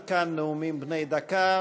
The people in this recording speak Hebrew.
עד כאן נאומים בני דקה.